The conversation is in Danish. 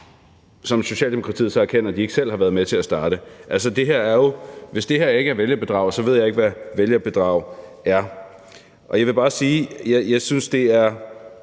som Socialdemokratiet så erkender at de ikke selv har været med til at starte. Hvis det her ikke er vælgerbedrag, ved jeg ikke, hvad vælgerbedrag er. Jeg vil bare sige, at jeg synes, det er